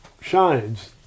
shines